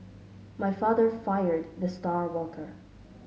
my father fired the star worker